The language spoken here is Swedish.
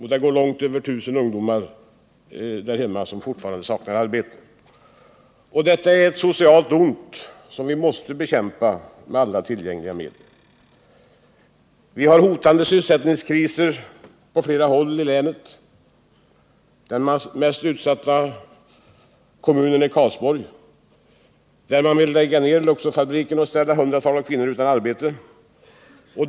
Över 1 000 ungdomar går fortfarande utan arbete i Skaraborgs län. Detta är ett socialt ont som måste bekämpas med alla tillgängliga medel. Vi har hotande sysselsättningskriser på flera håll i länet. Den mest utsatta kommunen är Karlsborg, där man vill lägga ned Luxorfabriken och ställa ett hundratal kvinnor utan arbete.